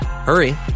Hurry